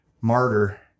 martyr